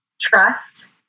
trust